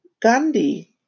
Gandhi